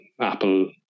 Apple